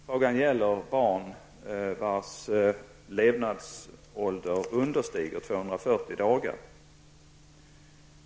Frågan gäller barn vars levnadsålder understiger 240 dagar.